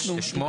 הגשנו.